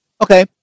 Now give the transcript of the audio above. Okay